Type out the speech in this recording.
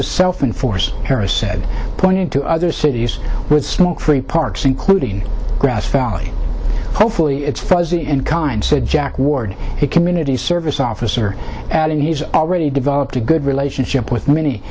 to self in force harris said pointing to other cities smokefree parks including grass valley hopefully it's fuzzy and kind said jack ward a community service officer at an he's already developed a good relationship with many